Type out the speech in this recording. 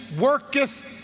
worketh